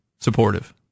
supportive